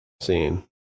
scene